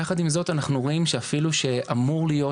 יחד עם זאת אנחנו רואים שאפילו שאמור להיות